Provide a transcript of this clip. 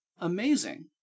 Amazing